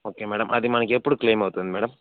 okay madam అది మనకి ఎప్పుడు క్లెయిమ్ అవుతుంది మేడం